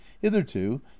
hitherto